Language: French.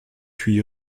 huit